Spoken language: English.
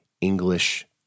English